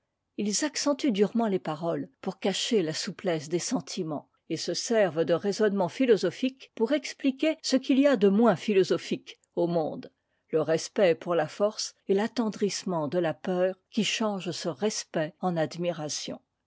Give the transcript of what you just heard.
ils accentuent durement les paroles pour cacher la souplesse des sentiments et se servent de raisonnements philosophiques pour expliquer ce qu'il y a de moins philosophique au monde le respect pour la force et l'attendrissement de la peur qui change ce respect en admiration